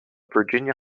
virginia